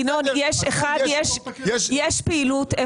היכן שאפשר יש פעילות.